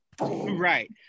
Right